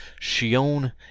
Shion